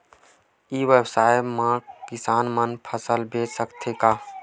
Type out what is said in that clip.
ई व्यवसाय म किसान मन फसल बेच सकथे का?